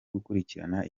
gukurikirana